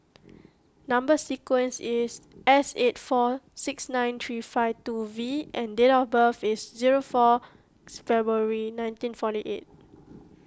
Number Sequence is S eight four six nine three five two V and date of birth is zero four February nineteen forty eight